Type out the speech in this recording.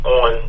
on